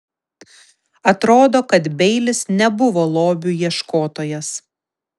atrodo kad beilis nebuvo lobių ieškotojas